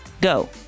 go